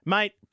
Mate